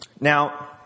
Now